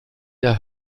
der